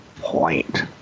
point